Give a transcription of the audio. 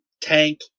tank